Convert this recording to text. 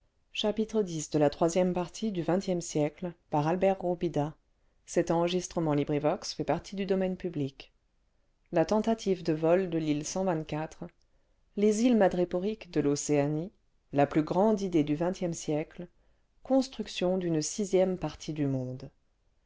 la tentative de vol de l'île les lies miadréporiques de l'océanie la plus grande idée dr xxe siècle comstruction d'une sixième partie du